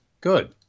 Good